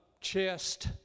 chest